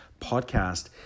podcast